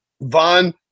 Von